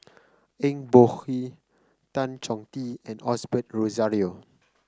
Eng Boh Kee Tan Chong Tee and Osbert Rozario